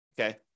okay